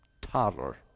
toddler